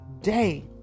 day